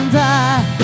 die